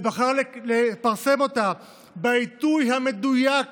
ובחר לפרסם אותה בעיתוי מדויק